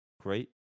great